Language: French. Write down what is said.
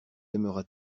aimera